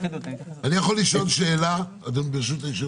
אני יכול לשאול שאלה, ברשות היושב ראש?